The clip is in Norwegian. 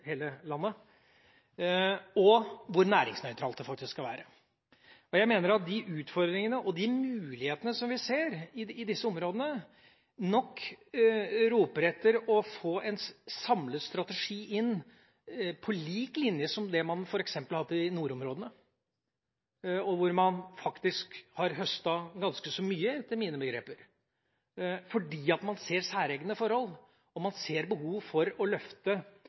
hele landet, og på hvor næringsnøytrale de faktisk skal være. Jeg mener at de utfordringene, og de mulighetene, som vi ser på disse områdene, roper etter å få en samlet strategi, på lik linje med det man f.eks. har hatt i nordområdene, hvor man etter mine begreper faktisk har høstet ganske så mye, fordi man ser særegne forhold, og man ser behov for å løfte